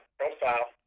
profile